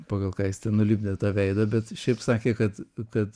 pagal ką jis ten nulipdė tą veidą bet šiaip sakė kad kad